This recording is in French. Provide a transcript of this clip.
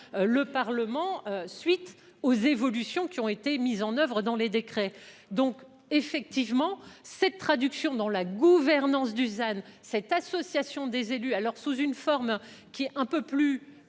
le Parlement suite aux évolutions qui ont été mises en oeuvre dans les décrets, donc effectivement cette traduction dans la gouvernance Dusan cette association des élus à leurs sous une forme qui est un peu plus.